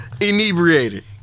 inebriated